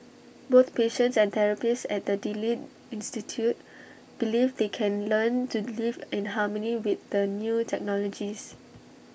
both patients and therapists at the delete institute believe they can learn to live in harmony with the new technologies